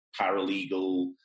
paralegal